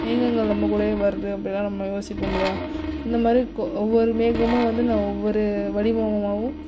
மேகங்கள் நம்மகூடயே வருது அப்படி தான் நம்ம யோசிப்போம் இல்லையா அந்தமாதிரி ஒவ்வொரு மேகமும் வந்து நான் ஒவ்வொரு வடிவமாகவும்